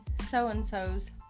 so-and-so's